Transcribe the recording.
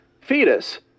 fetus